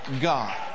God